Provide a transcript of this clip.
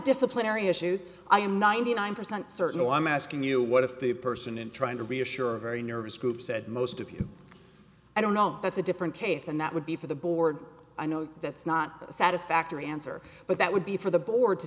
disciplinary issues i am ninety nine percent certain i'm asking you what if the person in trying to reassure a very nervous group said most of you i don't know that's a different case and that would be for the board i know that's not the satisfactory answer but that would be for the board to